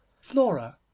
Flora